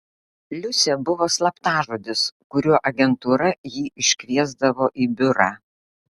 liusė buvo slaptažodis kuriuo agentūra jį iškviesdavo į biurą